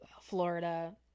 Florida